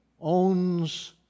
owns